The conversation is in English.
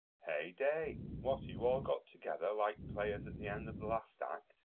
hey day! what, are you all got together, like players at the end of the last act?